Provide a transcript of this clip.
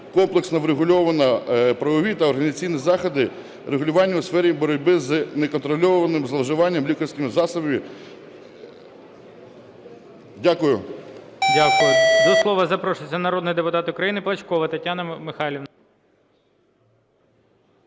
комплексно врегульовано правові та організаційні заходи регулювання у сфері боротьби з неконтрольованим зловживанням лікарських засобів. Дякую.